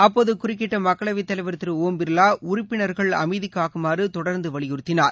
அப்போது குறுக்கிட்ட மக்களவைத் தலைவர் திரு ஒம் பிர்லா உறுப்பினர்கள் அமைதி காக்குமாறு தொடர்ந்து வலியுறுத்தினார்